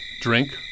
drink